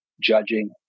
judging